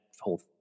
whole